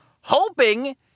hoping